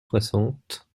soixante